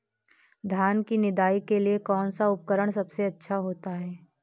धान की निदाई के लिए कौन सा उपकरण सबसे अच्छा होता है?